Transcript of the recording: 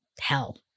hell